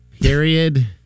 Period